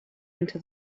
into